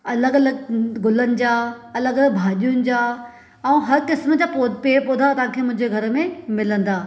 अलॻि अलॻ गुलनि जा अलॻि अलॻि भाॼियुनि जा ऐं हर क़िस्म जा पेड़ पोधा तव्हां खे मुंहिंजे घर में मिलंदा